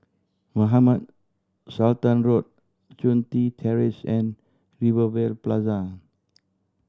Mohamed Sultan Road Chun Tin Terrace and Rivervale Plaza